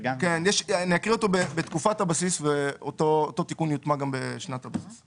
אקרא את התיקון ב"תקופת הבסיס" ואותו תיקון יוטמע גם ב"שנת הבסיס".